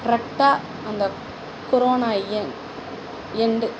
கரெக்ட்டா அந்த கொரோனா எ எண்டு